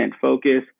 focus